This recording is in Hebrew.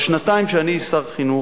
בשנתיים שאני שר חינוך,